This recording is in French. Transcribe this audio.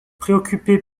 préoccupé